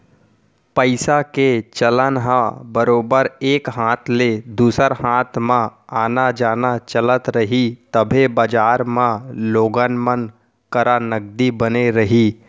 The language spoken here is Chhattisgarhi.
पइसा के चलन ह बरोबर एक हाथ ले दूसर हाथ म आना जाना चलत रही तभे बजार म लोगन मन करा नगदी बने रही